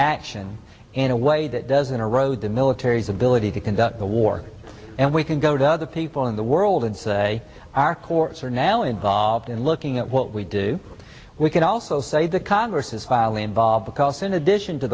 action in a way that doesn't erode the military's ability to conduct the war and we can go to other people in the world and say our courts are now involved in looking at what we do we can also say that congress is highly involved because in addition to